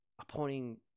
appointing